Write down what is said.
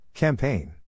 Campaign